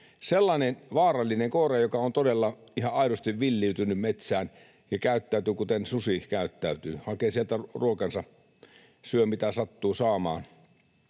Sellainen vaarallinen koira on todella ihan aidosti villiytynyt metsään ja käyttäytyy kuten susi käyttäytyy: hakee sieltä ruokansa, syö, mitä sattuu saamaan.